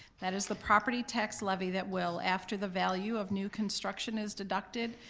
that is the property tax levy that will, after the value of new construction is deducted,